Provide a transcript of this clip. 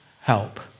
help